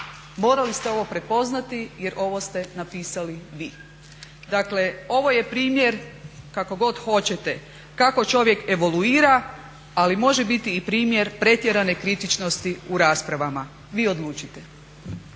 Morali ste ovo prepoznati jer ovo ste napisali vi. Dakle, ovo je primjer kako god hoćete kako čovjek evoluira, ali može biti i primjer pretjerane kritičnosti u raspravama. Vi odlučite.